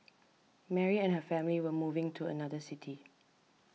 Mary and her family were moving to another city